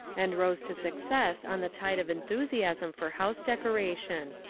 and rose to success on the tide of enthusiasm for house decoration.